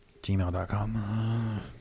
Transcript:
Gmail.com